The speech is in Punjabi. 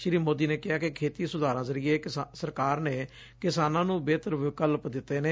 ਸ੍ਰੀ ਮੋਦੀ ਨੇ ਕਿਹਾ ਕਿ ਖੇਤੀ ਸੁਧਾਰਾਂ ਜ਼ਰੀਏ ਸਰਕਾਰ ਨੇ ਕਿਸਾਨਾਂ ਨੂੰ ਬਿਹਤਰ ਵਿਕਲਪ ਦਿੱਤੇ ਨੇ